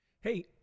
Hey